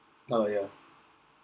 oh yeah